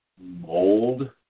mold